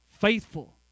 faithful